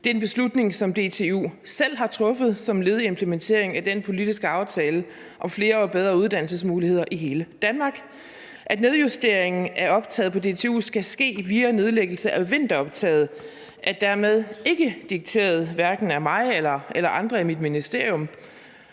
Det er en beslutning, som DTU selv har truffet som led i implementeringen af den politiske aftale om flere og bedre uddannelsesmuligheder i hele Danmark. At nedjusteringen af optaget på DTU skal ske via en nedlæggelse af vinteroptaget, er dermed ikke dikteret hverken af mig eller andre i mit ministerium.